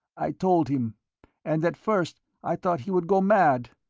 i told him and at first i thought he would go mad.